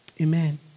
Amen